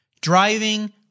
driving